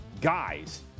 guys